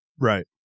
Right